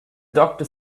doctor